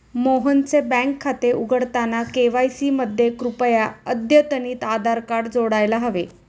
मोहनचे बँक खाते उघडताना के.वाय.सी मध्ये कृपया अद्यतनितआधार कार्ड जोडायला हवे